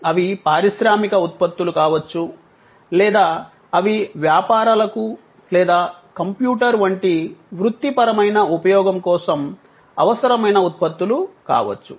అవి పారిశ్రామిక ఉత్పత్తులు కావచ్చు లేదా అవి వ్యాపారాలకు లేదా కంప్యూటర్ వంటి వృత్తిపరమైన ఉపయోగం కోసం అవసరమైన ఉత్పత్తులు కావచ్చు